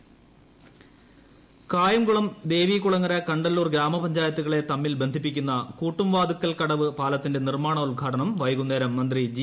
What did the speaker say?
പാലം ഉദ്ഘാടനം കായംകുളം ദേവീകുളങ്ങര കണ്ടല്ലൂർ ഗ്രാമപഞ്ചായത്തുകളെ തമ്മിൽ ബന്ധിപ്പിക്കുന്ന കൂട്ടുംവാതുക്കൽക്കടവ് പാലത്തിന്റെ നിർമ്മാണോദ്ഘാടനം വൈകുന്നേരം മന്ത്രി ജി